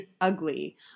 ugly